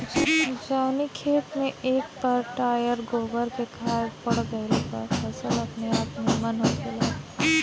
जवनी खेत में एक टायर गोबर के खाद पड़ गईल बा फसल अपनेआप निमन होखेला